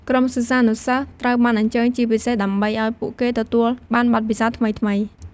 ក្រុមសិស្សានុសិស្សត្រូវបានអញ្ជើញជាពិសេស ដើម្បីអោយពួកគេទទួលបានបទពិសោធន៍ថ្មីៗ។